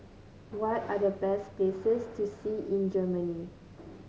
what are the best places to see in Germany